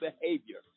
behavior